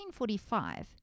1845